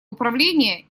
управления